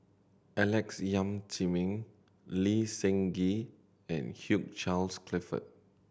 Alex Yam Ziming Lee Seng Gee and Hugh Charles Clifford